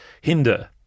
hinder